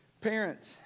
parents